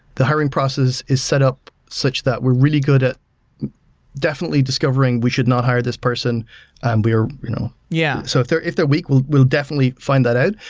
the hiring process is set up such that we're really good at definitely discovering we should not hire this person and we are you know yeah so if they're if they're weak, we'll we'll definitely find that out,